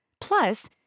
Plus